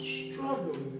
struggling